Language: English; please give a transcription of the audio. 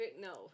No